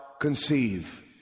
conceive